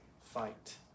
Fight